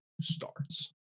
starts